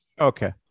Okay